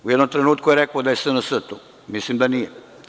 U jednom trenutku je rekao da je SNS tu, a mislim da nije.